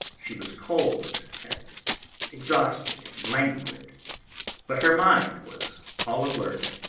she was cold, and exhausted, and languid but her mind was all alert.